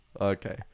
Okay